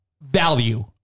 value